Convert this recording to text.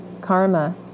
karma